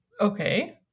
Okay